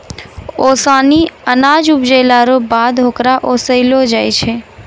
ओसानी अनाज उपजैला रो बाद होकरा ओसैलो जाय छै